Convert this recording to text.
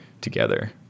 together